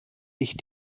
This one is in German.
ich